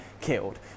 killed